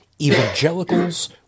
evangelicals